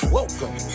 Welcome